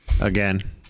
again